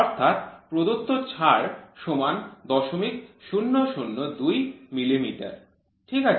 অর্থাৎ প্রদত্ত ছাড় সমান ০০০২ মিলিমিটার ঠিক আছে